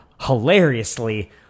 hilariously